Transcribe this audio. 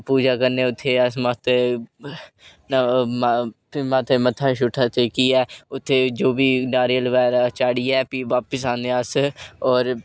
माता दी पूजा करने अस फिर अस मस्त फ्ही माता गी मत्था मुत्था टेकियै उत्थै जो बी नारियल बगैरा चाढ़ियै फ्ही बापस आने हा अस और